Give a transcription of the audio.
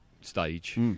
stage